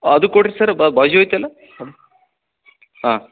ಅದು ಕೊಡ್ರಿ ಸರ್ ಬಾಜು ಐತಲ್ಲಾ ಹಾಂ